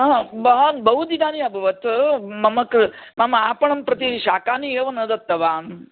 बहु दिनानि अभवत् मम क् आपणं प्रति शाकानि एव न दत्तवान्